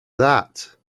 that